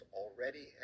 already